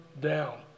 down